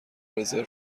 رزرو